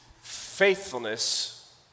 faithfulness